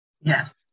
Yes